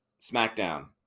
smackdown